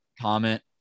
comment